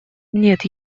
нет